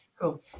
Cool